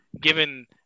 given